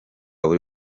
buri